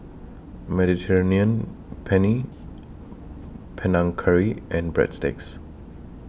Mediterranean Penne Panang Curry and Breadsticks